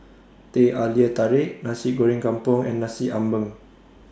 Teh Halia Tarik Nasi Goreng Kampung and Nasi Ambeng